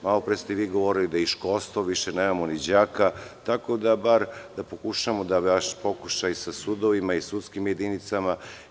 Malopre ste vi govorili da ni školstvo više nemamo, ni đaka, tako da bar pokušamo sa sudovima i sudskim jedinicama.